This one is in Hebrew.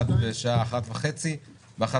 הישיבה ננעלה בשעה 12:35.